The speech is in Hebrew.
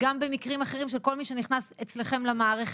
גם במקרים אחרים של כל מי שנכנס אצלכם למערכת.